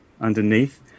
underneath